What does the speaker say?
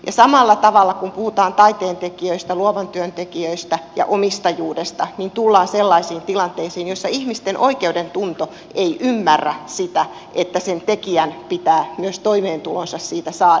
ja samalla tavalla kun puhutaan taiteen tekijöistä luovan työn tekijöistä ja omistajuudesta tullaan sellaisiin tilanteisiin joissa ihmisten oikeudentunto ei ymmärrä sitä että sen tekijän pitää myös toimeentulonsa siitä saada